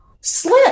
Slip